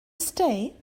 stay